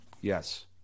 Yes